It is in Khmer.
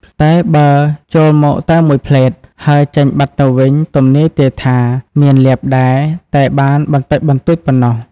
តែបើចូលមកតែមួយភ្លែត ហើរចេញបាត់ទៅវិញ ទំនាយទាយថា មានលាភដែរ តែបានបន្តិចបន្តួចប៉ុណ្ណោះ ។